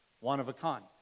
one-of-a-kind